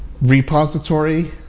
repository